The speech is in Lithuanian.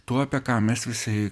tuo apie ką mes visi